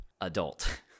adult